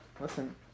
Listen